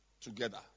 Together